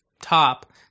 top